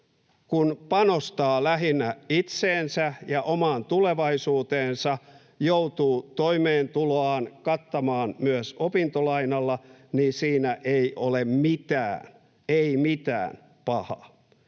kun panostaa lähinnä itseensä ja omaan tulevaisuuteensa, joutuu toimeentuloaan kattamaan myös opintolainalla, ei ole mitään — ei mitään — pahaa.